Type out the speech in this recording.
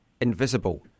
invisible